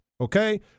okay